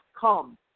come